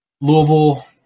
Louisville